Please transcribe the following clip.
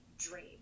dream